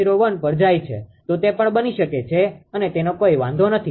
01 પર જાય છે તો તે પણ બની શકે છે અને તેનો કોઈ વાંધો નથી